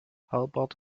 herbert